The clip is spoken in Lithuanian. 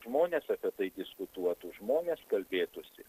žmonės apie tai diskutuotų žmonės kalbėtųsi